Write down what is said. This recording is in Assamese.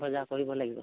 বজাৰ কৰিব লাগিব